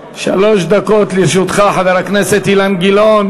חבר הכנסת אילן גילאון,